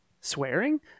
swearing